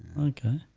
okay.